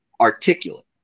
articulate